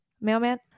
mailman